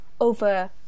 over